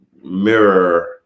mirror